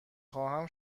خواهم